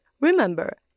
Remember